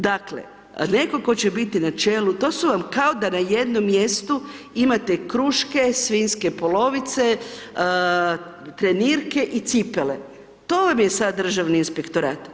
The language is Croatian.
Dakle netko tko će biti na čelu, to su vam kao da na jednom mjestu imate kruške, svinjske polovice trenirke i cipele, to vam je sada Državni inspektorat.